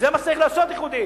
זה מה שצריך לעשות באיחודים.